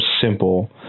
simple